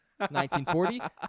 1940